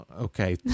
Okay